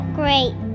great